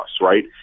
right